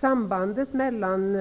Sambandet mellan